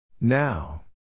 Now